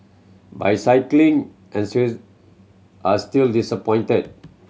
but cycling are still disappointed